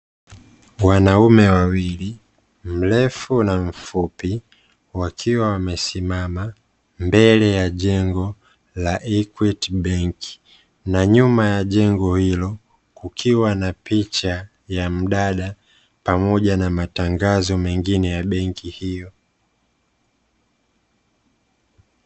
Wanaume wawili, mrefu na mfupi wakiwa wamesimama mbele ya jengo la (EQUITY BANK). Na nyuma ya jengo hilo kukiwa na picha ya mdada pamoja na matangazo mengine ya benki hiyo.